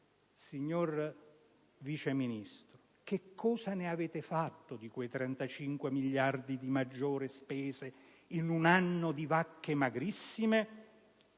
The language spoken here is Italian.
signor Vice Ministro, che cosa ne avete fatto di quei 35 miliardi di maggiori spese in un anno di vacche magrissime?